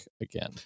again